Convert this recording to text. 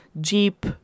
Jeep